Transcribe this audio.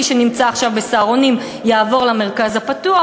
מי שנמצא עכשיו ב"סהרונים" יעבור למרכז הפתוח,